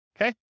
okay